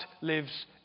lives